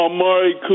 Amari